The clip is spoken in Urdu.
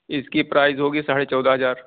اس کی پرائز ہوگی ساڑھے چودہ ہزار